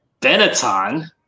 Benetton